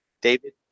David